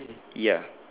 ya